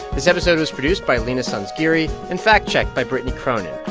this episode was produced by leena sanzgiri and fact-checked by brittany cronin.